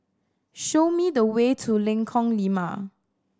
show me the way to Lengkong Lima